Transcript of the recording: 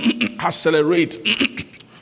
accelerate